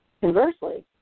Conversely